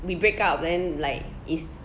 we break up then like is